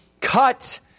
cut